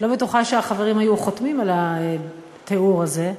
שהחברים היו חותמים על התיאור הזה,